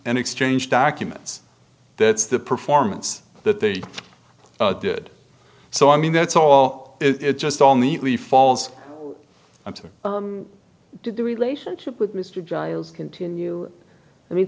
and exchange documents that's the performance that they did so i mean that's all it just all neatly falls into the relationship with mr giles continue i mean